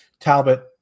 Talbot